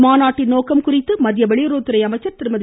இம்மாநாட்டின் நோக்கம் குறித்து மத்திய வெளியுறவுத்துறை அமைச்சர் திருமதி